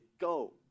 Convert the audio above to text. go